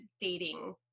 dating